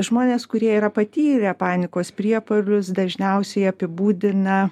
žmonės kurie yra patyrę panikos priepuolius dažniausiai apibūdina